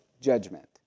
judgment